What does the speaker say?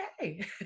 Okay